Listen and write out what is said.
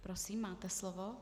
Prosím, máte slovo.